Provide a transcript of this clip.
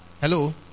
Hello